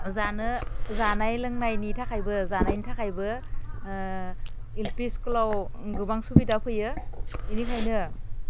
जानो जानाय लोंनायनि थाखायबो जानायनि थाखायबो एलपि स्कुलाव गोबां सुबिदा फैयो एनिखायनो